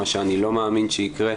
מה שאני לא מאמין שיקרה,